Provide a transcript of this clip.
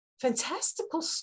fantastical